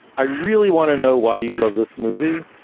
i really want to know why you love this movie.